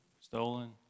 Stolen